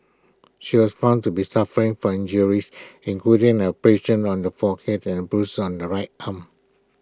she was found to be suffering from injuries including abrasion on the forehead and A bruise on the right arm